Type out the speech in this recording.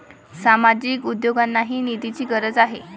सामाजिक उद्योगांनाही निधीची गरज आहे